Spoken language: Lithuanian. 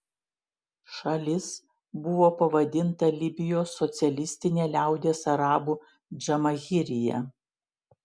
šalis buvo pavadinta libijos socialistine liaudies arabų džamahirija